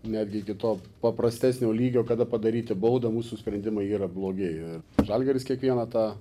netgi iki to paprastesnio lygio kada padaryti baudą mūsų sprendimai yra blogėja ir žalgiris kiekvieną tą